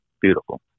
beautiful